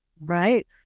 right